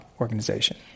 organization